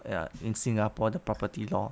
ya in singapore the property law